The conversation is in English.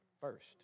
first